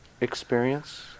experience